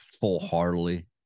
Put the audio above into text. full-heartedly